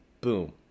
Boom